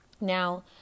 Now